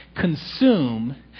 consume